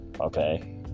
Okay